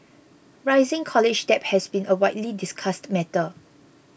rising college debt has been a widely discussed matter